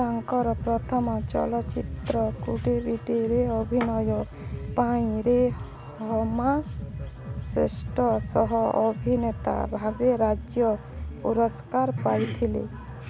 ତାଙ୍କର ପ୍ରଥମ ଚଳଚ୍ଚିତ୍ର କୁଡ଼େବିଡ଼େରେ ଅଭିନୟ ପାଇଁ ରେହମାନ ଶ୍ରେଷ୍ଠ ସହ ଅଭିନେତା ଭାବେ ରାଜ୍ୟ ପୁରସ୍କାର ପାଇଥିଲେ